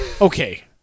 okay